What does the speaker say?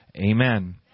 Amen